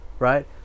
right